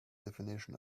definition